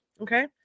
okay